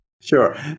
sure